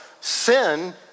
sin